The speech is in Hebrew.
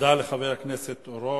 תודה לחבר הכנסת אורון.